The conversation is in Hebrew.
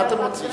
מה אתם רוצים?